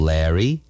Larry